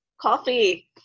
coffee